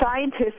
scientists